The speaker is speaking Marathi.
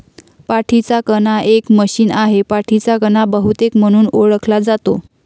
पाठीचा कणा एक मशीन आहे, पाठीचा कणा बहुतेक म्हणून ओळखला जातो